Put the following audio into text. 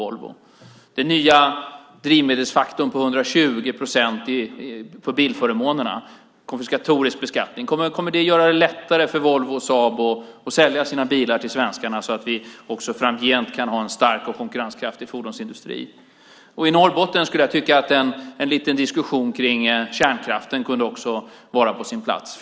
Kommer den nya drivmedelsfaktorn på 120 procent avseende bilförmånerna - en konfiskatorisk beskattning - att göra det lättare för Volvo och Saab att sälja sina bilar till svenskarna så att vi också framgent kan ha en stark och konkurrenskraftig fordonsindustri? I Norrbotten skulle jag tycka att en liten diskussion om kärnkraften kunde vara på sin plats.